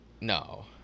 No